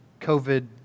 COVID